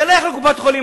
תלך לקופת-חולים,